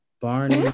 Barney